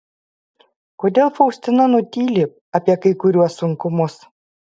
kodėl faustina nutyli apie kai kuriuos sunkumus